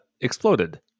exploded